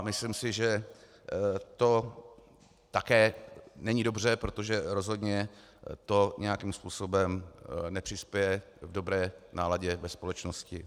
Myslím si, že to také není dobře, protože to rozhodně nějakým způsobem nepřispěje k dobré náladě ve společnosti.